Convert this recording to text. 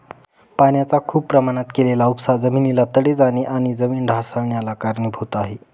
पाण्याचा खूप प्रमाणात केलेला उपसा जमिनीला तडे जाणे आणि जमीन ढासाळन्याला कारणीभूत आहे